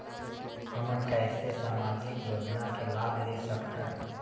हमन कैसे सामाजिक योजना के लाभ ले सकथन?